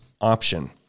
option